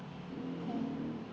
ya